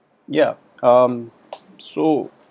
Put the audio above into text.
ya um so